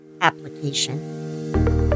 application